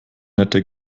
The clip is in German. nette